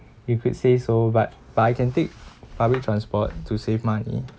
you could say so but but I can take public transport to save money